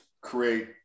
create